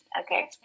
Okay